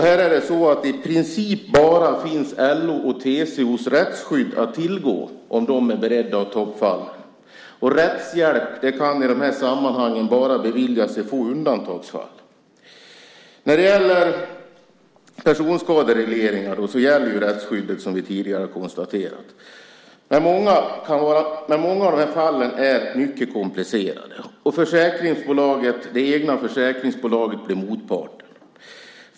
Här finns i princip bara LO:s och TCO:s rättskydd att tillgå, om de är beredda att ta upp fallet. Rättshjälp kan i de här sammanhangen bara beviljas i få undantagsfall. Vid personskaderegleringar gäller rättsskyddet, som vi tidigare konstaterat. Men många av de fallen är mycket komplicerade, och det egna försäkringsbolaget blir motparten.